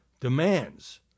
demands